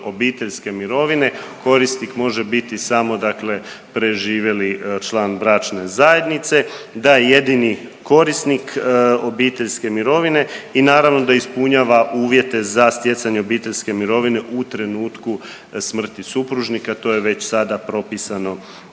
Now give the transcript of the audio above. obiteljske mirovine korisnik može biti samo preživjeli član bračne zajednice da je jedini korisnik obiteljske mirovine i naravno da ispunjavanje uvjete za stjecanje obiteljske mirovine u trenutku smrti supružnika, to je već sada propisano